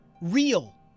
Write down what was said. real